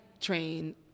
train